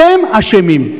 אתם אשמים.